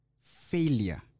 Failure